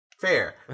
Fair